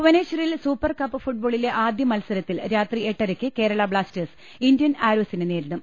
ഭുവനേശ്വറിൽ super cup ഫുട്ബോളിലെ ആദ്യ മത്സര ത്തിൽ രാത്രി എട്ടരയ്ക്ക് കേരളാ ബ്ലാസ്റ്റേഴ്സ് ഇന്ത്യൻ ആരോ സിനെ നേരിടും